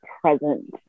present